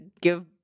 give